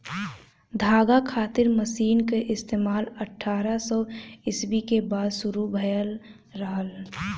धागा खातिर मशीन क इस्तेमाल अट्ठारह सौ ईस्वी के बाद शुरू भयल रहल